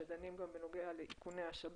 שדנים גם בנוגע לאיכוני השב"כ